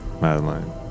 Madeline